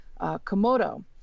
Komodo